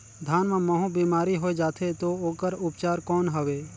धान मां महू बीमारी होय जाथे तो ओकर उपचार कौन हवे?